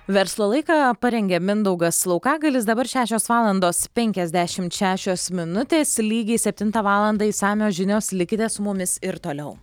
verslo laiką parengė mindaugas laukagalis dabar šešios valandos penkiasdešimt šešios minutės lygiai septintą valandą išsamios žinios likite su mumis ir toliau